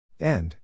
End